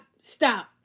Stop